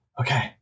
Okay